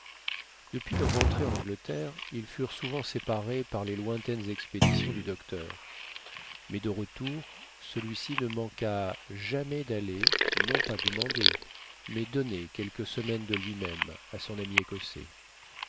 depuis leur rentrée en angleterre ils furent souvent séparés par les lointaines expéditions du docteur mais de retour celui-ci ne manqua jamais d'aller non pas demander mais donner quelques semaines de lui-même à son ami l'écossais